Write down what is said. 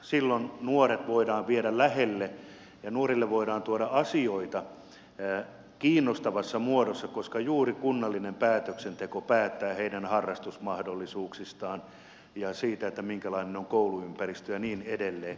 silloin nuoret voidaan viedä lähelle ja nuorille voidaan tuoda asioita kiinnostavassa muodossa koska juuri kunnallinen päätöksenteko päättää heidän harrastusmahdollisuuksistaan ja siitä minkälainen on kouluympäristö ja niin edelleen